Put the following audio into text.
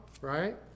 right